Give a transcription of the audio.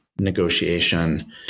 negotiation